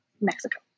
mexico